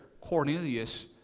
Cornelius